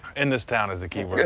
in this town is the key word.